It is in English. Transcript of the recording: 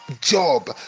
job